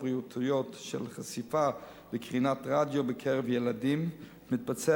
הבריאותיות של החשיפה וקרינת רדיו בקרב ילדים מתבצע